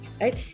Right